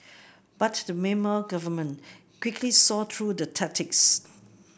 but the Myanmar government quickly saw through the tactics